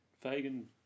Fagan